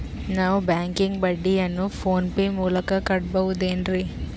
ನಾವು ಬ್ಯಾಂಕಿಗೆ ಬಡ್ಡಿಯನ್ನು ಫೋನ್ ಪೇ ಮೂಲಕ ಕಟ್ಟಬಹುದೇನ್ರಿ?